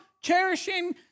cherishing